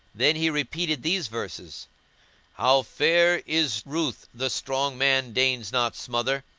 then he repeated these verses how fair is ruth the strong man deigns not smother!